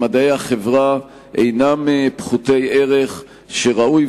ומדעי החברה אינם פחותי ערך ושראוי